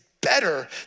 better